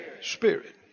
Spirit